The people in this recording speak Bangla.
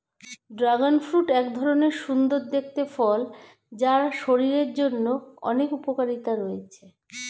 ড্রাগন ফ্রূট্ এক ধরণের সুন্দর দেখতে ফল যার শরীরের জন্য অনেক উপকারিতা রয়েছে